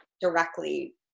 directly